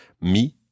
Mi